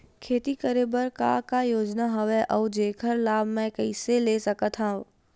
खेती करे बर का का योजना हवय अउ जेखर लाभ मैं कइसे ले सकत हव?